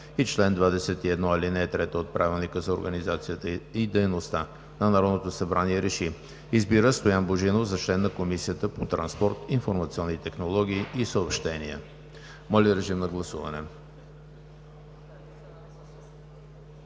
и чл. 21, ал. 3 от Правилника за организацията и дейността на Народното събрание РЕШИ: Избира Стоян Божинов за член на Комисията по транспорт, информационни технологии и съобщения.“ Моля, режим на гласуване.